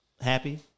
Happy